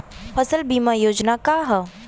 फसल बीमा योजना का ह?